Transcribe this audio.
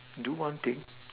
do one thing